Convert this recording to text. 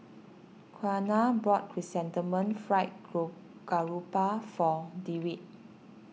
Quiana bought Chrysanthemum Fried Garoupa for Dewitt